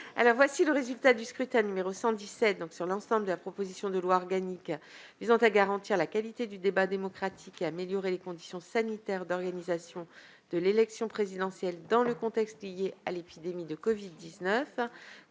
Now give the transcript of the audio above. texte de la commission, modifié, l'ensemble de la proposition de loi organique visant à garantir la qualité du débat démocratique et à améliorer les conditions sanitaires d'organisation de l'élection présidentielle dans le contexte lié à l'épidémie de covid-19.